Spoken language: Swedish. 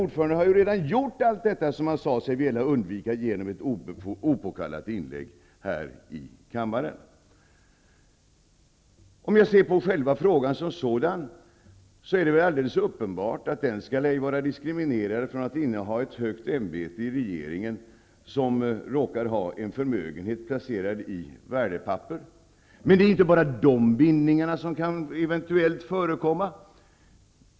Ordföranden har redan gjort allt det som han sade sig vilja undvika genom ett opåkallat inlägg här i kammaren. Om jag ser på själva frågan som sådan tycker jag att det är alldeles uppenbart att den ej skall vara diskriminerad från att inneha ett högt ämbete i regeringen som råkar ha en förmögenhet placerad i värdepapper. Men det är inte bara sådana bindningar som eventuellt förekommer.